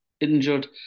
injured